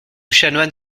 chanoine